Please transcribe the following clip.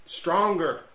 stronger